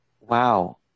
Wow